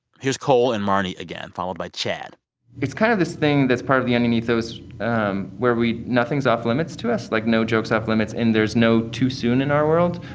here's cole and marnie again, followed by chad it's kind of this thing that's part of the onion ethos where we nothing's off limits to us. like, no jokes have limits. and there's no too soon in our world.